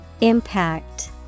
Impact